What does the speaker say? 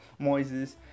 Moises